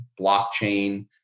blockchain